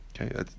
Okay